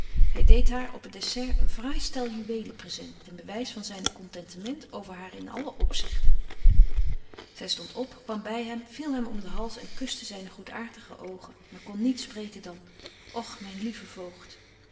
hy deedt haar op het dessert een fraai stel juwelen present ten bewys van zyn contentement over haar in albetje wolff en aagje deken historie van mejuffrouw sara burgerhart len opzichte zy stondt op kwam by hem viel hem om den hals en kuschte zyne goedaartige oogen maar kon niet spreken dan och myn lieve voogd